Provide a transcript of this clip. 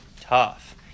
tough